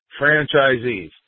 franchisees